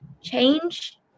change